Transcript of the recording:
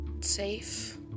safe